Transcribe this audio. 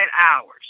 hours